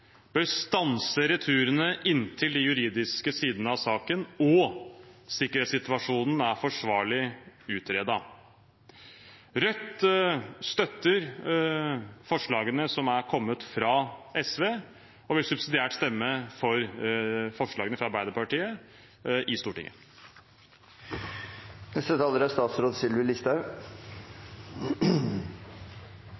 bør stanse returene inntil de juridiske sidene av saken og sikkerhetssituasjonen er forsvarlig utredet. Rødt støtter forslagene som er kommet fra SV, og vil subsidiært stemme for forslagene fra Arbeiderpartiet i Stortinget. Jeg vil innledningsvis si at jeg er